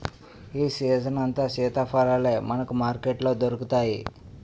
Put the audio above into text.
ఈ సీజనంతా సీతాఫలాలే మనకు మార్కెట్లో దొరుకుతాయి